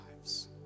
lives